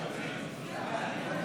34